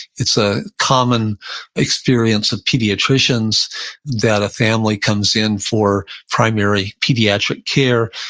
it's a common experience of pediatricians that a family comes in for primary pediatric care,